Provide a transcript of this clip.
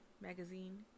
magazine